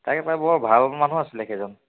তাকে পায় বৰ ভাল মানুহ আছিলে সেইজন